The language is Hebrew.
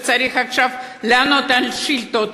שצריך עכשיו לענות על שאילתות,